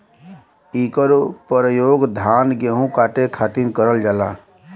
इकर परयोग धान गेहू काटे खातिर करल जाला